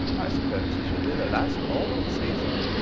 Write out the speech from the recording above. i suppose this will be the last ball of the season?